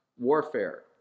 warfare